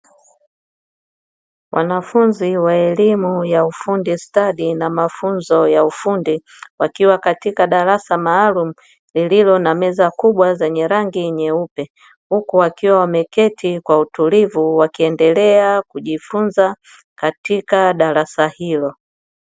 Wanafunzi wa elimu ya ufundi stadi na mafunzo ya ufundi wakiwa katika darasa maalumu lililo na meza kubwa zenye rangi nyeupe. Huku wakiwa wameketi kwa utulivu wakiendelea kujifunza katika darasa hilo.